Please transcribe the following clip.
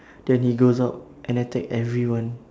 then he goes out and attack everyone